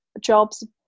jobs